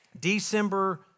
December